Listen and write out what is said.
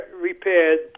repaired